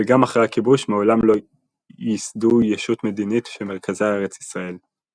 וגם אחרי הכיבוש מעולם לא יסדו ישות מדינית שמרכזה ארץ ישראל.